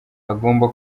hagomba